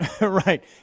Right